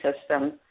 system